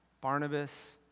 Barnabas